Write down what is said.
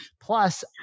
Plus